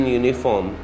uniform